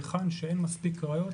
היכן שאין מספיק ראיות,